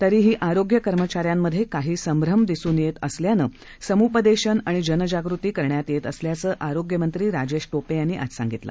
तरीही आरोग्य कर्मचाऱ्यांमध्ये काही संभ्रम दिसून येत असल्यानं समूपदेशन आणि जनजागृती करण्यात येत असल्याचं आरोग्य मंत्री राजेश टोपे यांनी आज सांगितलं